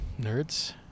nerds